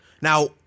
Now